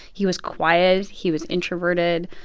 he was quiet. he was introverted.